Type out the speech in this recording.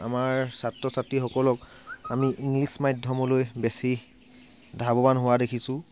আমাৰ ছাত্ৰ ছাত্ৰীসকলক আমি ইংলিছ মাধ্যমলৈ বেছি ধাৱমান হোৱা দেখিছোঁ